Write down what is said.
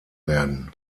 werden